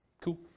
Cool